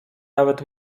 nawet